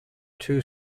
too